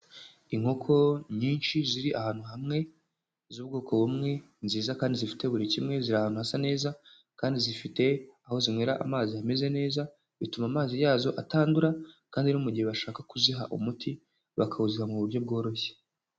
Inkoko nyinshi ziri ahantu hamwe z'ubwoko bumwe nziza kandi zifite buri kimwe ziri ahantu hasa neza kandi zifite aho zinywera amazi ame neza bituma amazi yazo atandura kandi no mu gihe bashaka kuziha umuti bakawuziha mu buryo bworoshye.